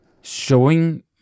showing